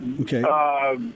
Okay